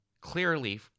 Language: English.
clearly